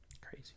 Crazy